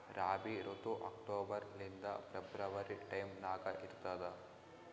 ರಾಬಿ ಋತು ಅಕ್ಟೋಬರ್ ಲಿಂದ February time ನಾಗ ಇರ್ತದ